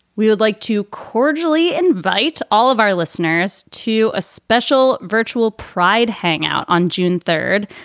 we would like to cordially invite all of our listeners to a special virtual pride hangout on june third.